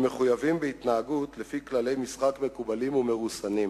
הם מחויבים בהתנהגות לפי כללי משחק מקובלים ומרוסנים.